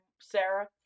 sarah